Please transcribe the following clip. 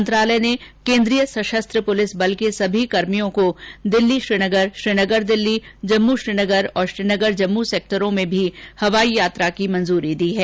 मंत्रालय ने केन्द्रीय सशस्त्र पुलिस बल के सभी कर्मियों को दिल्ली श्रीनगर श्रीनगर दिल्ली जम्मू श्रीनगर और श्रीनगर जम्मू सेक्टरों में भी हवाई यात्रा के अधिकार की स्वीकृति दे दी है